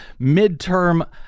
midterm